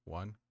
one